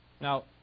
Now